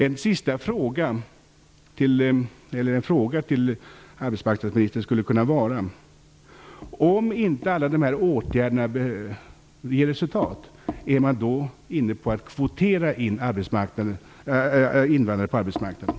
En fråga till arbetsmarknadsministern skulle kunna vara: Om inte alla åtgärder ger resultat, är man då inne på att kvotera in invandrarna på arbetsmarknaden?